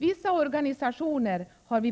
Vissa organisationer har vi